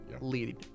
lead